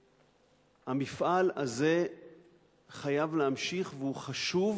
והמפעל הזה חייב להימשך, והוא חשוב